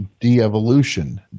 de-evolution